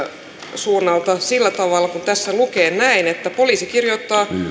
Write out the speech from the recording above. suunnalta sillä tavalla kuin tässä lukee poliisi kirjoittaa